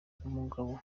umugabo